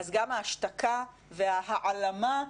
אז גם ההשתקה וההעלמה.